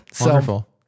Wonderful